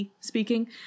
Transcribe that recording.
speaking